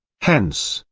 hence,